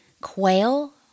quail